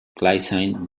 glycine